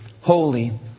Holy